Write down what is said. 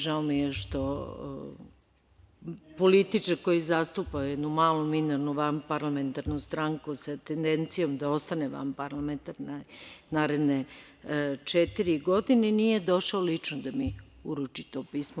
Žao mi je što političar koju zastupa jednu malu, minornu, vanparlamentarnu stranku sa tendencijom da ostane vanparlamentarna naredne četiri godine, nije došao lično da mi uruči to pismo.